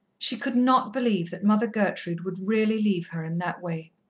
she could not believe that mother gertrude would really leave her in that way.